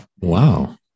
wow